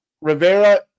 Rivera